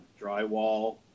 drywall